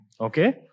Okay